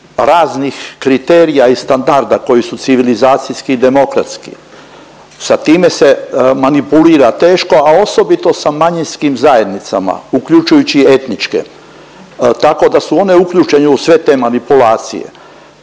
raznih kriterija i standarda koji su civilizacijski demokratski. Sa time se manipulira teško, a osobito sa manjinskim zajednicama uključujući etničke, tako da su one uključene u sve te manipulacije.